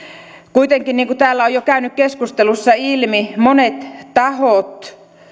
kuitenkin niin kuin täällä on jo käynyt keskustelussa ilmi monet tahot